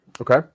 Okay